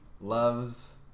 loves